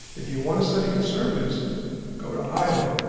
if you want to study conservatives go to iowa,